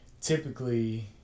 Typically